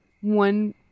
One